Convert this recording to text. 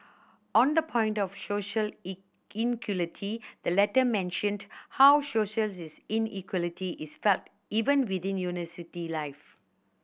on the point of social inequality the letter mentioned how social inequality is felt even within university life